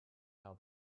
how